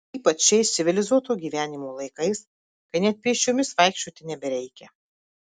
ypač šiais civilizuoto gyvenimo laikais kai net pėsčiomis vaikščioti nebereikia